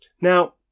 Now